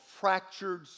fractured